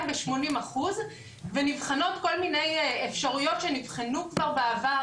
ב-80% ונבחנות כל מיני אפשרויות שנבחנו כבר בעבר.